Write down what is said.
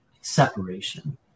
separation